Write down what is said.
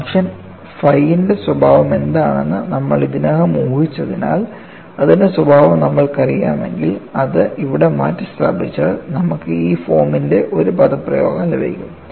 function phi ന്റെ സ്വഭാവം എന്താണെന്ന് നമ്മൾ ഇതിനകം ഊഹിച്ചതിനാൽ അതിൻറെ സ്വഭാവം നമ്മൾക്കറിയാമെങ്കിൽ അത് ഇവിടെ മാറ്റിസ്ഥാപിച്ചാൽ നമുക്ക് ഈ ഫോമിന്റെ ഒരു പദപ്രയോഗം ലഭിക്കും